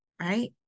right